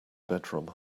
bedroom